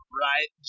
right